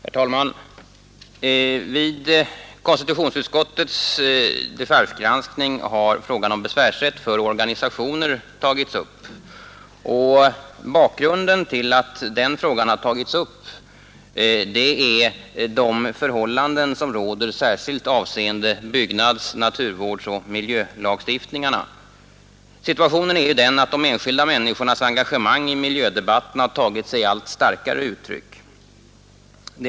Herr talman! Vid konstitutionsutskottets dechargegranskning har frågan om besvärsrätt för organisationer tagits upp. Bakgrunden är de förhållanden som råder särskilt avseende byggnads-, naturvårdsoch miljölagstiftningarna. Situationen är ju den att de enskilda människornas engagemang i miljödebatten har tagit sig allt starkare uttryck.